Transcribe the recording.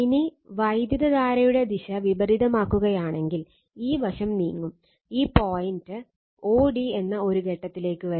ഇനി വൈദ്യുതധാരയുടെ ദിശ വിപരീതമാക്കുകയാണെങ്കിൽ ഈ വശം നീങ്ങും ഈ പോയിന്റ് o d എന്ന ഒരു ഘട്ടത്തിലേക്ക് വരും